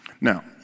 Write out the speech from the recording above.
now